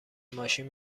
ماشین